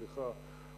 סליחה,